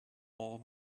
all